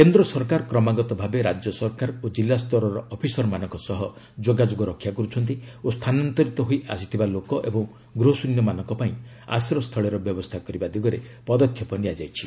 କେନ୍ଦ୍ର ସରକାର କ୍ରମାଗତ ଭାବେ ରାଜ୍ୟ ସରକାର ଓ ଜିଲ୍ଲା ସ୍ତରର ଅଫିସରମାନଙ୍କ ସହ ଯୋଗାଯୋଗ ରକ୍ଷା କରୁଛନ୍ତି ଓ ସ୍ଥାନାନ୍ତରିତ ହୋଇ ଆସିଥିବା ଲୋକ ଏବଂ ଗୃହଶ୍ରନ୍ୟମାନଙ୍କ ପାଇଁ ଆଶ୍ରୟ ସ୍ଥଳୀର ବ୍ୟବସ୍ଥା କରିବା ଦିଗରେ ପଦକ୍ଷେପ ନିଆଯାଇଛି